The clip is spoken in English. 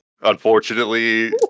Unfortunately